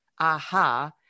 aha